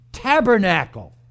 tabernacle